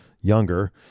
younger